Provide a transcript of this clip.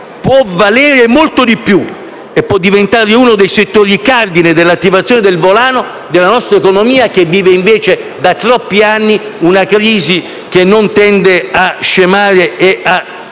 Può valere molto di più e può diventare uno dei settori cardine per l'attivazione del volano della nostra economia» che vive, invece, da troppi anni una crisi che non tende a scemare e a